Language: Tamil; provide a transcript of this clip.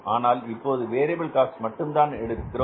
ஆனால் இப்போது வேரியபில் காஸ்ட் மட்டும்தான் எடுத்திருக்கிறோம்